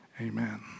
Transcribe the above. Amen